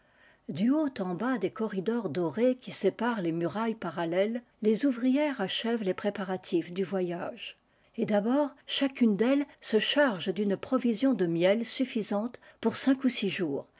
du haut en bas des corridors dorés qui séparent les murailles parallèles les ouvrières acl vent les préparatifs du voyage et d'aboi chacune d'elles se charge d'une profusion de mîel suffisante pour cinq ou sïx jours